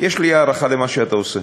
יש לי הערכה למה שאתה עושה.